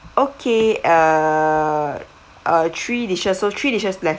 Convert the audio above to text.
okay uh uh three dishes so three dishes left